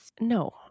No